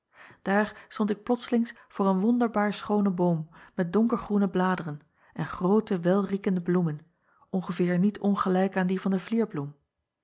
aar stond ik plotslings voor een wonderbaar schoonen boom met donkergroene bladeren en groote welriekende bloemen ongeveer niet ongelijk aan die van de